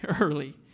early